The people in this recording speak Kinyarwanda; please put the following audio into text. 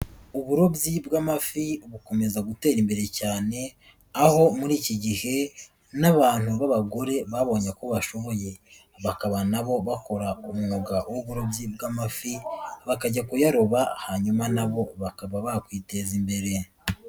Uburobyi bw'amafi bukomeza gutera imbere cyane, aho muri iki gihe n'abantu b'abagore babonye ko bashoboye, bakaba nabo bakora umwuga w'uburobyi bw'amafi, bakajya kuyaroba hanyuma nabo bakaba bakwiteza imbere.